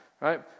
right